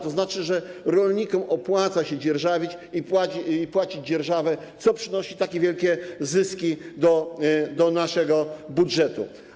To oznacza, że rolnikom opłaca się dzierżawić i płacić za dzierżawę, co przynosi tak wielkie zyski, wpływy do naszego budżetu.